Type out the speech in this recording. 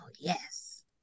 yes